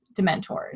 Dementors